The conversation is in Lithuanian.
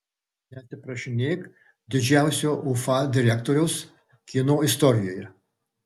neatsiprašinėk didžiausio ufa direktoriaus kino istorijoje